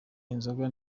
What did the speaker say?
inzoga